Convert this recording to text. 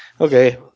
Okay